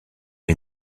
est